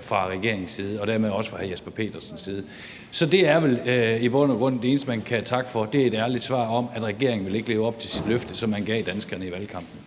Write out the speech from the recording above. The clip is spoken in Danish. fra regeringens side og dermed også fra hr. Jesper Petersens side. Det eneste, man vel i bund og grund kan takke for, er et ærligt svar om, at regeringen ikke vil leve op til det løfte, som de gav danskerne i valgkampen.